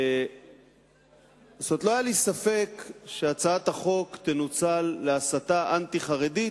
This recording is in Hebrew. כלומר לא היה לי ספק שהצעת החוק תנוצל להסתה אנטי-חרדית